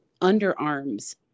underarms